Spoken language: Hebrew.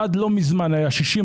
עד לא מזמן היה 60:40,